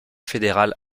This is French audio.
fédéral